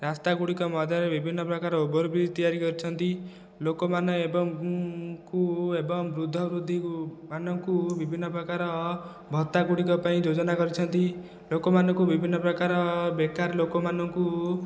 ରାସ୍ତାଗୁଡିକ ମଧ୍ୟରେ ବିଭିନ୍ନ ପ୍ରକାର ଓଭରବ୍ରିଜ ତିଆରି କରିଛନ୍ତି ଲୋକମାନେ ଏବଂ ଙ୍କୁ ଏବଂ ବୃଦ୍ଧ ବୃଦ୍ଧା ମାନଙ୍କୁ ବିଭିନ୍ନ ପ୍ରକାର ଭତ୍ତା ଗୁଡ଼ିକ ପାଇଁ ଯୋଜନା କରିଛନ୍ତି ଲୋକମାନଙ୍କୁ ବିଭିନ୍ନ ପ୍ରକାର ବେକାର ଲୋକମାନଙ୍କୁ